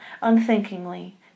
unthinkingly